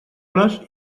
les